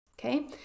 Okay